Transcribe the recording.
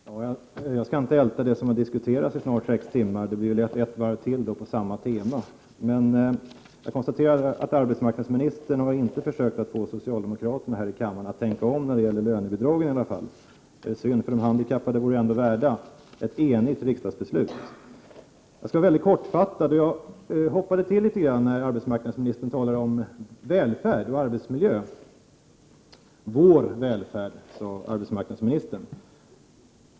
Herr talman! Jag skall inte älta det som redan har diskuterats i nära sex timmar. Det blir ju då lätt ett varv till på samma tema. Jag kunde emellertid konstatera att arbetsmarknadsministern i alla fall inte har försökt att få socialdemokraterna här i kammaren att tänka om när det gäller lönebidraget. Det är synd, eftersom de handikappade ändå vore värda ett enigt riksdagsbeslut. Jag hoppade till litet grand när arbetsmarknadsministern talade om välfärd och arbetsmiljö. Vår välfärd, sade arbetsmarknadsministern.